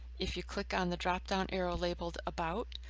if you click on the dropdown arrow labelled about,